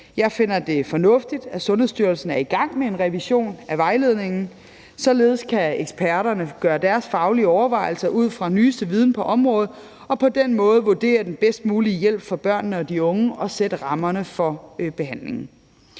Jeg finder det fornuftigt, at Sundhedsstyrelsen er i gang med en revision af vejledningen. Således kan eksperterne gøre deres faglige overvejelser ud fra den nyeste viden på området og på den måde vurdere den bedst mulige hjælp for børnene og de unge og sætte rammerne for behandlingen.